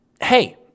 hey